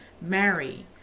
marry